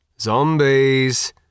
Zombies